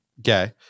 Okay